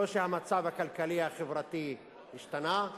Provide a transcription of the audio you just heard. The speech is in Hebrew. לא שהמצב הכלכלי-החברתי השתנה,